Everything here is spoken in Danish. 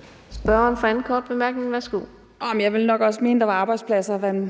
15:35 Zenia Stampe (RV): Jeg ville nok også mene, at der var arbejdspladser, hvor